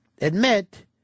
admit